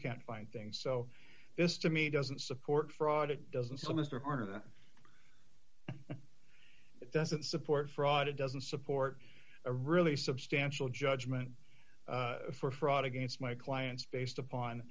can't find things so this to me doesn't support fraud it doesn't sell mr carter it doesn't support fraud it doesn't support a really substantial judgment for fraud against my clients based upon